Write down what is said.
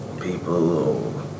people